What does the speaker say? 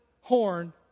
horn